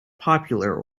popular